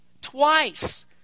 Twice